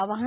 आवाहन